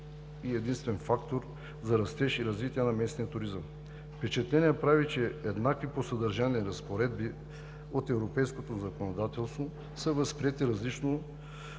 са единствен фактор за растеж и развитие на местния туризъм. Впечатление прави, че еднакви по съдържание разпоредби от европейското законодателство са възприети различно